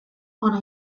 ona